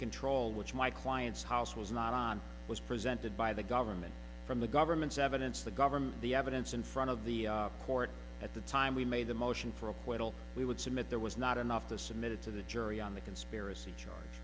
control which my clients house was not on was presented by the government from the government's evidence the government the evidence in front of the court at the time we made the motion for acquittal we would submit there was not enough to submitted to the jury on the conspiracy charge